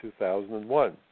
2001